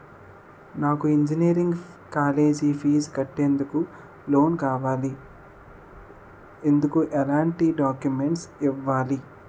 నాకు engineering college fee కట్టేందుకు loan కావాలి, ఎందుకు ఎలాంటి డాక్యుమెంట్స్ ఇవ్వాలి?